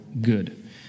good